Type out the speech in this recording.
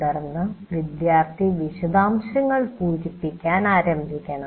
തുടർന്ന് വിദ്യാർത്ഥി വിശദാംശങ്ങൾ പൂരിപ്പിക്കാൻ ആരംഭിക്കണം